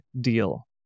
deal